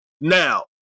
now